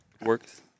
works